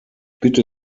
bitte